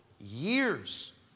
years